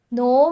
no